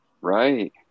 Right